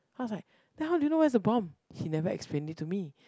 I was like then how do you know where is the bomb he never explain it to me